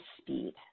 speed